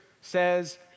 says